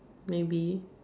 maybe